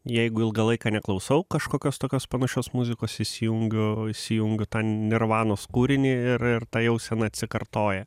jeigu ilgą laiką neklausau kažkokios tokios panašios muzikos įsijungiu įsijungiu tą nirvanos kūrinį ir ir ta jausena atsikartoja